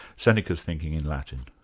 seneca's thinking in latin.